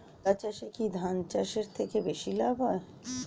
কলা চাষে কী ধান চাষের থেকে বেশী লাভ হয়?